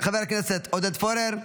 חבר הכנסת עודד פורר,